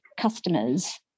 customers